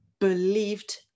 believed